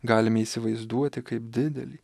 galime įsivaizduoti kaip didelį